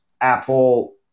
apple